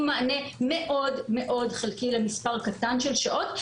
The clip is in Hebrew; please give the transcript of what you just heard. מענה מאוד מאוד חלקי למספר קטן של שעות,